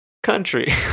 country